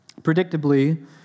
Predictably